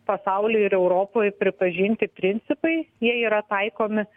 pasauly ir europoj pripažinti principai jie yra taikomi